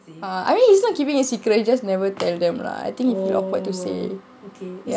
err I mean he's not keeping it secret he just never tell them lah I think he bit awkward to say